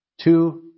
two